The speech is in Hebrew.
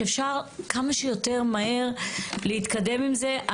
שאפשר כמה שיותר מהר להתקדם עם זה.